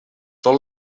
tot